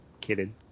Kidding